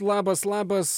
labas labas